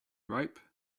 ripe